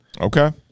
Okay